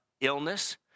illness